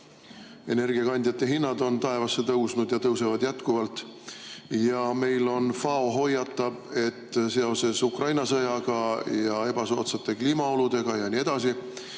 Energiakandjate hinnad on taevasse tõusnud ja tõusevad jätkuvalt. Ja FAO hoiatab, et seoses Ukraina sõjaga ja ebasoodsate kliimaoludega ja nii edasi